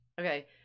okay